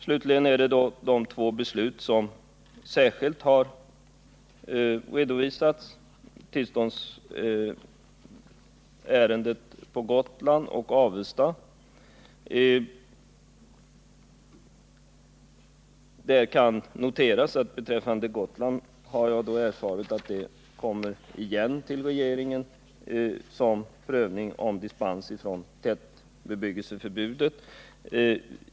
Slutligen gäller det de två beslut som har redovisats särskilt i fråga om tillståndsärenden på Gotland och i Avesta. Där kan det beträffande Gotlandsärendet noteras att jag har erfarit att det kommer igen till regeringen som en prövning om dispens ifrån tätbebyggelseförbudet.